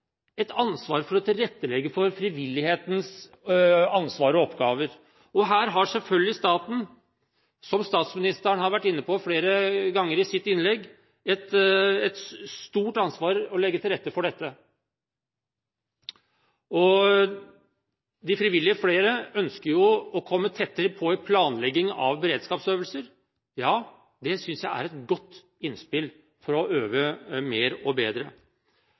et ansvar for å tilrettelegge for frivillighetens ansvar og oppgaver. Her har selvfølgelig staten, som statsministeren har vært inne på flere ganger i sitt innlegg, et stort ansvar for å legge til rette for dette. Flere frivillige ønsker å komme tettere på i planleggingen av beredskapsøvelser. Ja, det synes jeg er et godt innspill for å øve mer og bedre.